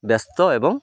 ବ୍ୟସ୍ତ ଏବଂ